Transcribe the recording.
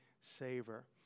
savor